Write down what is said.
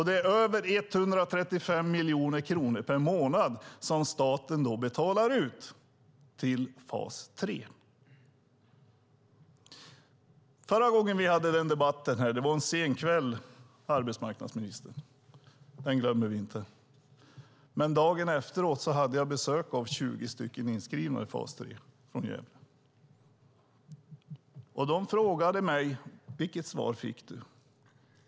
Det är över 135 miljoner kronor per månad som staten betalar ut till fas 3. Förra gången vi hade denna debatt här var en sen kväll, arbetsmarknadsministern. Den glömmer vi inte. Dagen efteråt hade jag besök av 20 personer från Gävle som är inskrivna i fas 3. De frågade mig: Vilket svar fick du?